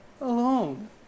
alone